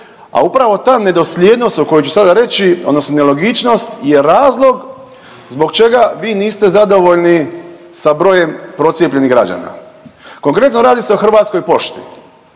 a upravo ta nedosljednost o kojoj su sada reći odnosno nelogičnost je razlog zbog čega vi niste zadovoljni sa brojem procijepljenih građana. Konkretno, radi se o Hrvatskoj pošti,